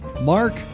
Mark